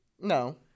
No